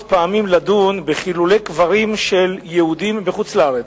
פעמים בחילול קברים של יהודים בחוץ-לארץ,